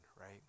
right